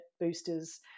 boosters